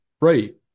right